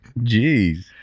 Jeez